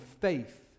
faith